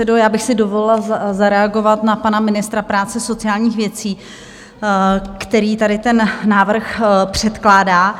Já bych si dovolila zareagovat na pana ministra práce a sociálních věcí, který tady ten návrh předkládá.